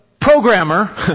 programmer